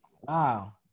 wow